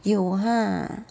有 !huh!